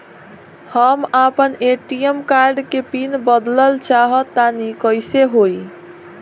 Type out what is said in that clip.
हम आपन ATM card के पीन बदलल चाहऽ तनि कइसे होई?